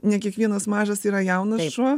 ne kiekvienas mažas yra jaunas šuo